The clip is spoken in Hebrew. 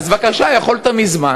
אז בבקשה, יכולת מזמן